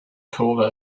called